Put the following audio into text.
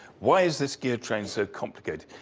why is this gear train so complicated?